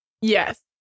Yes